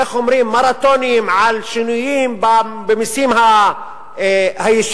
איך אומרים, מרתוניים על שינויים במסים הישירים,